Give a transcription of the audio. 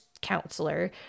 counselor